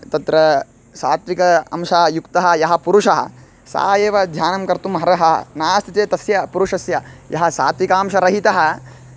तत्र सात्विक अंशयुक्तः यः पुरुषः सः एव ध्यानं कर्तुम् अर्हः नास्ति चेत् तस्य पुरुषस्य यः सात्विकांशरहितः